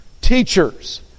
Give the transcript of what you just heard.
teachers